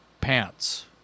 pants